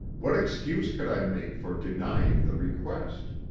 what excuse could i make for denying the request?